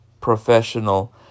professional